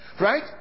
right